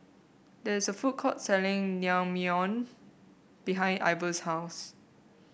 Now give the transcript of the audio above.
there is a food court selling Naengmyeon behind Ivor's house